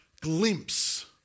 glimpse